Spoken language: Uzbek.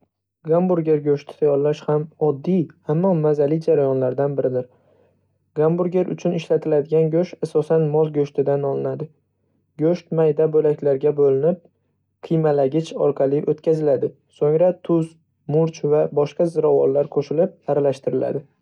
Gamburger go‘shti tayyorlash ham oddiy, ammo mazali jarayonlardan biridir. Gamburger uchun ishlatiladigan go'sht asosan mol go‘shtidan olinadi. Go'sht mayda bo‘laklarga bo‘linib, qiymalagich orqali o‘tkaziladi, so‘ngra tuz, murch va boshqa ziravorlar qo‘shilib, aralashtiriladi.